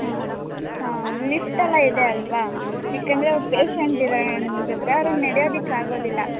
ಹಾಂ ಹಾಂ ಲಿಫ್ಟ್ ಎಲ್ಲ ಇದೆ ಅಲ್ಲವಾ ಯಾಕೆಂದರೆ ಅವ್ರು ಪೇಷಂಟ್ ಇದಾರೆ ನಮ್ ಜೊತೆ ಅವ್ರಿಗ್ ನಡ್ಯೋದಕ್ಕಾಗೋದಿಲ್ಲ